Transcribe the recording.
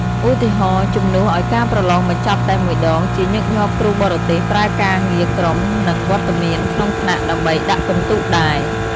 ឧទាហរណ៍ ជំនួសឲ្យការប្រឡងបញ្ចប់តែមួយដង ជាញឹកញាប់គ្រូបរទេសប្រើការងារក្រុម និងវត្តមានក្នុងថ្នាក់ដើម្បីដាក់ពិន្ទុដែរ។